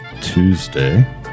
Tuesday